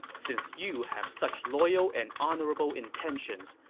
since you have such loyal and honorable intentions,